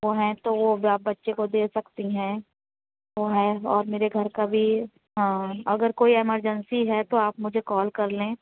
وہ ہیں تو وہ بھی آپ بچے کو دے سکتی ہیں وہ ہیں اور میرے گھر کا بھی ہاں اگر کوئی ایمرجنسی ہے تو آپ مجھے کال کر لیں